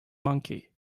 monkey